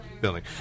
building